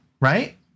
right